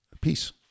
peace